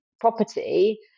property